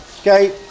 Okay